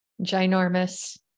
Ginormous